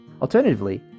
Alternatively